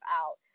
out